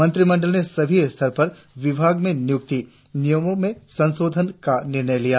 मंत्रिमंडल ने सभी स्तर पर विभाग में नियुक्ति नियमों में संशोधन का निर्णय लिया